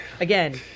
again